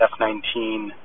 F-19